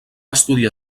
estudiar